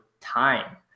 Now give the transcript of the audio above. time